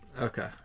Okay